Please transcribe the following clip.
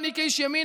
אני כאיש ימין,